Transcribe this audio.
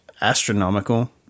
Astronomical